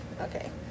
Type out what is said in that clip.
Okay